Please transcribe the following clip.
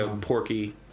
Porky